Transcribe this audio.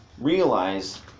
realize